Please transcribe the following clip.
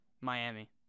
Miami